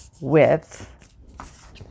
width